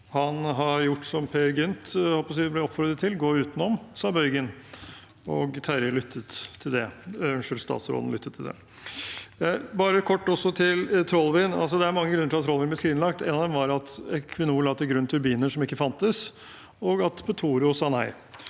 Han har gjort som Peer Gynt ble oppfordret til: Gå utenom, sa Bøygen – og statsråden lyttet til det. Bare kort om Trollvind: Det er mange grunner til Trollvind ble skrinlagt. Én av dem var at Equinor la til grunn turbiner som ikke fantes, og at Petoro sa nei.